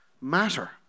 matter